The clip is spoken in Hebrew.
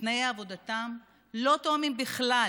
ותנאי העבודה לא תואמים בכלל.